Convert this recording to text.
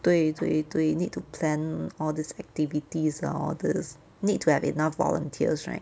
对对对 need to plan all these activities lah all these need to have enough volunteers right